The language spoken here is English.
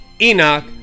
enoch